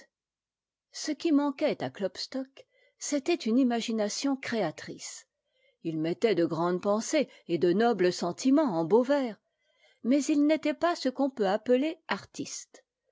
ce qui manquait à klopstock c'était une imagination créatrice il mettait de grandes pensées et de nobles sentiments en beaux vers mais il n'était pas ce qu'on peut appeler artiste